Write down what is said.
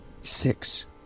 Six